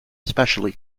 especially